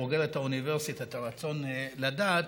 בוגרת האוניברסיטה את הרצון לדעת,